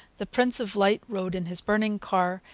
the prince of light rode in his burning car,